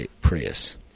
Prius